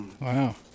Wow